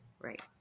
Right